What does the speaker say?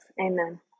amen